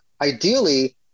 ideally